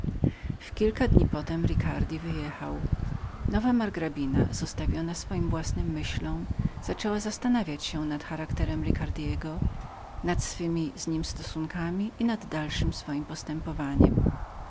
w kilka dni potem ricardi wyjechał nowa margrabina zostawiona swoim własnym myślom zaczęła zastanawiać się nad charakterem ricardego nad swemi z nim stosunkami i nad dalszem